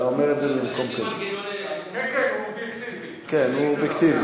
אתה אומר את זה במקום כזה, כן כן, הוא אובייקטיבי.